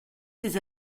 ces